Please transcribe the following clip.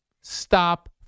Stop